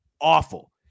awful